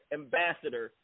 ambassador